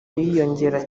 yiyongera